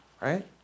right